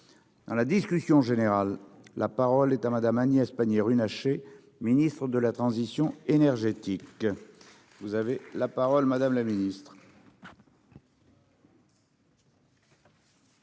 dans la discussion générale, la parole est à madame Agnès Pannier-Runacher Ministre de la Transition énergétique, vous avez la parole madame la ministre.